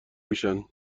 میشن